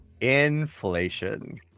inflation